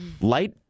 light